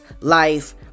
life